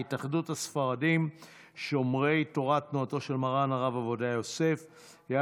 התאחדות הספרדים שומרי תורה תנועתו של מרן הרב עובדיה יוסף זצ"ל,